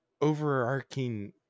overarching